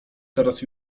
teraz